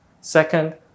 Second